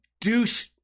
douche